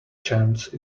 chance